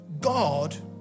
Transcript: God